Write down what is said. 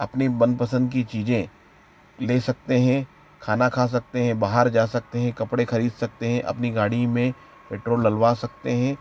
अपनी मनपसंद की चीज़ें ले सकते हैं खाना खा सकते बाहर जा सकते हैं कपड़े खरीद सकते हैं अपनी गाड़ी में पेट्रोल डलबा सकते हैं